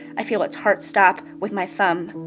i feel its heart stop with my thumb.